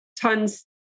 tons